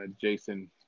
Jason